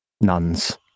nuns